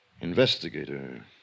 Investigator